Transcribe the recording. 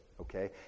okay